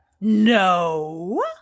No